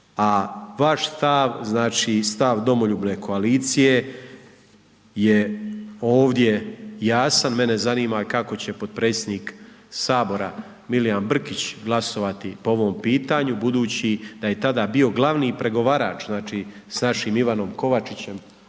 stav domoljubne koalicije je ovdje jasan, mene zanima kako će potpredsjednik HS Milijan Brkić glasovati po ovom pitanju budući da je tada bio glavni pregovarač, znači, s našim Ivanom Kovačićem